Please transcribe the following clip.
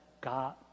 God